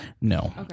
No